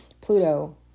Pluto